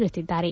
ತಿಳಿಸಿದ್ದಾರೆ